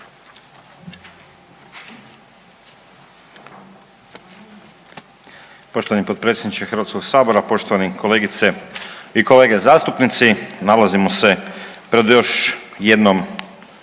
Poštovani potpredsjedniče Hrvatskog sabora, poštovani kolegice i kolege zastupnici. Nalazimo se pred još jednom